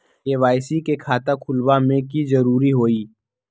KYC के खाता खुलवा में की जरूरी होई?